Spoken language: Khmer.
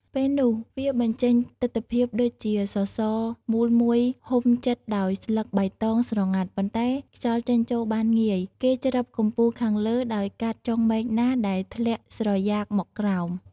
ពេលនោះវាបញ្ចេញ ទិដ្ឋភាពដូចជាសរសរមូលមួយហ៊ុំជិតដោយស្លឹកបៃតងស្រងាត់ ប៉ុន្តែខ្យល់ចេញចូលបានងាយ គេច្រឹបកំពូលខាងលើដោយកាត់ចុងមែកណាដែលធ្លាក់ស្រយាកមកក្រោម។